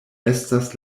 estas